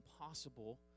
impossible